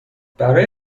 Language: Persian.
برای